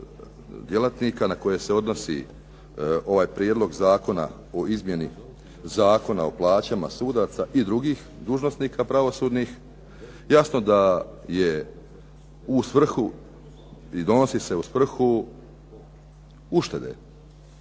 na koje se odnosi ovaj Prijedlog zakona o izmjeni Zakona o plaćama sudaca i drugih pravosudnih dužnosnika jasno da je u svrhu i donosi se u svrhu uštede.